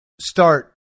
start